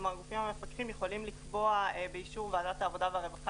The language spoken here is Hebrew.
כלומר הגופים המפקחים יכולים לקבוע באישור ועדת העבודה והרווחה